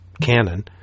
canon